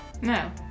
No